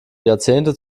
jahrzehnte